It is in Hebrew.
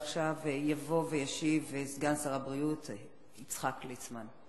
עכשיו יבוא וישיב סגן שר הבריאות יצחק ליצמן.